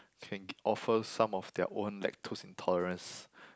can offer some of their own lactose intolerance